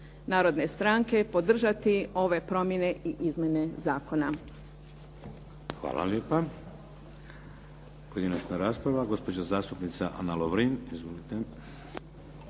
Narodne Stranke podržati ove promjene i izmjene zakona.